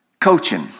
Coaching